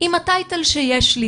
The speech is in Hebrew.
עם הטייטל שיש לי